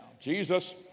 Jesus